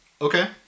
Okay